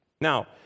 Now